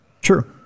True